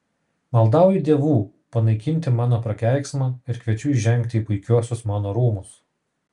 maldauju dievų panaikinti mano prakeiksmą ir kviečiu įžengti į puikiuosius mano rūmus